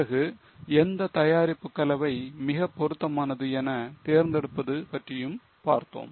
பிறகு எந்த தயாரிப்பு கலவை மிகப் பொருத்தமானது என தேர்ந்தெடுப்பது பற்றியும் பார்த்தோம்